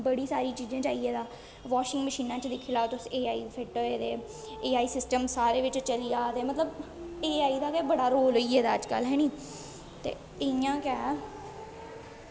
बड़ी सारी चीजें च आई गेदा बाशिंग मशिनां च दिक्खी लेऔ तुस ए आई फिट्ट होऐ दे ए आई सिस्टम बिच्च चली जा'रदे ए आई दा बी बड़ा रोल होई गेदा अजकल्ल है नी ते इ'यां गै